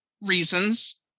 reasons